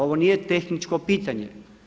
Ovo nije tehničko pitanje.